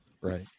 Right